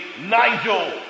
Nigel